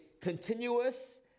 continuous